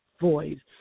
void